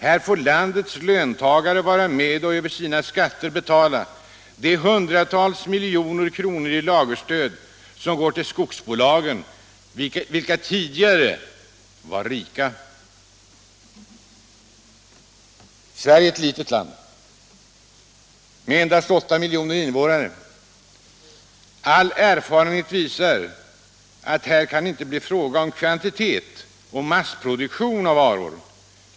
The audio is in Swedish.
Här får landets löntagare vara med och över sina skatter betala de hundratals miljoner kronor i lagerstöd som går till skogsbolagen, som redan tidigare var rika. Sverige är ett litet land med endast 8 miljoner invånare. All erfarenhet visar att här kan det inte bli fråga om kvantitet och massproduktion av varor.